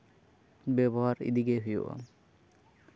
ᱵᱮᱵᱚᱦᱟᱨ ᱤᱫᱤᱜᱮ ᱦᱩᱭᱩᱜᱼᱟ